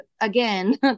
again